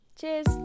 Cheers